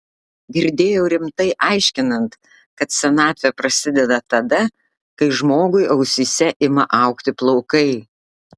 girdėjau rimtai aiškinant kad senatvė prasideda tada kai žmogui ausyse ima augti plaukai